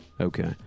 okay